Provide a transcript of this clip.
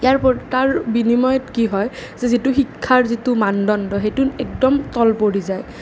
ইয়াৰ উপৰিও তাৰ বিনিময়ত কি হয় যিটো শিক্ষাৰ যিটো মানদণ্ড সেইটো একদম তলপৰি যায়